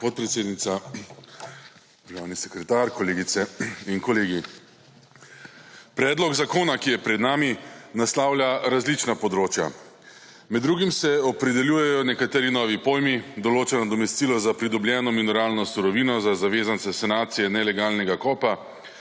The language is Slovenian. podpredsednica, državni sekretar, kolegice in kolegi! Predlog zakona, ki je pred nami, naslavlja različna področja. Med drugim se opredeljujejo nekateri novi pojmi, določa nadomestilo za pridobljeno mineralno surovino za zavezance sanacije nelegalnega kopa,